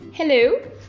hello